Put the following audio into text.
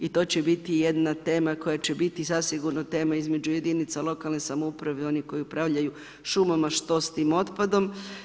I to će biti jedna tema koja će biti zasigurno tema između jedinica lokalne samouprave i onih koji upravljaju šumama što s tim otpadom.